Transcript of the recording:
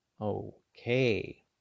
Okay